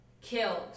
killed